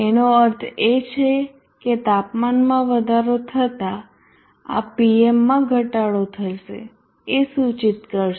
આનો અર્થ એ છે કે તાપમાનમાં વધારો થતાં આ Pm માં ઘટાડો થશે એ સૂચિત કરશે